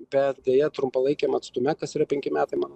bet deja trumpalaikiam atstume kas yra penki metai man